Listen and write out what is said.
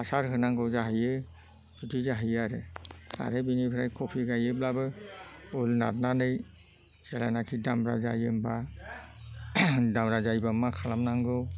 हासार होनांगौ जाहैयो बिदि जाहैयो आरो आरो बेनिफ्राय क'फि गायोब्लाबो फुल नारनानै जेलानाखि दामब्रा जायो होमबा दावरा जायोबा मा खालामनांगौ